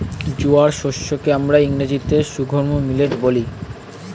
জোয়ার শস্য কে আমরা ইংরেজিতে সর্ঘুম মিলেট বলি